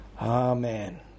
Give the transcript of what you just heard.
Amen